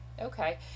Okay